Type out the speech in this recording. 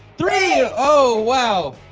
three! oh, wow!